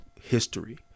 history